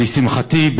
לשמחתי,